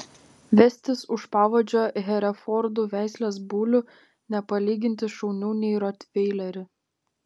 vestis už pavadžio herefordų veislės bulių nepalyginti šauniau nei rotveilerį